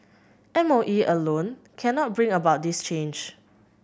M O E alone cannot bring about this change